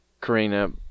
Karina